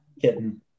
kitten